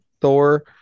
Thor